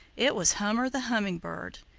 it was hammer the hummingbird.